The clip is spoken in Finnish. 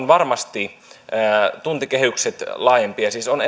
varmasti tuntikehykset laajempia siis on